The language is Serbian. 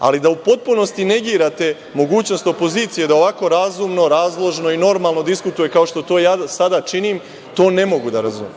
ali da u potpunosti negirate mogućnost opozicije da ovako razumno, razložno i normalno diskutuje, kao što to ja sada činim, to ne mogu da razumem.